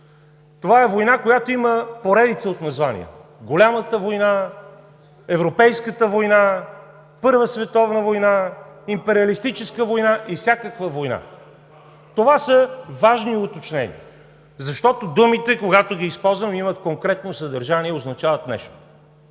Това е война, която има поредица от названия: голямата война, европейската война, Първа световна война, империалистическа война и всякаква война. Това са важни уточнения, защото думите, когато ги използваме, имат конкретно съдържание и означават нещо.